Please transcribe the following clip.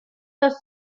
los